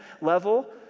level